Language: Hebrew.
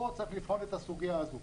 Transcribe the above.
פה צריך לבחון את הסוגיה הזאת.